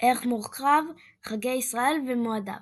ערך מורחב – חגי ישראל ומועדיו